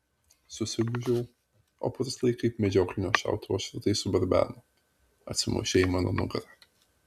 susigūžiau o purslai kaip medžioklinio šautuvo šratai subarbeno atsimušę į mano nugarą